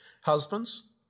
Husbands